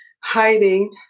hiding